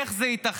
איך זה ייתכן?